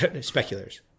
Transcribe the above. speculators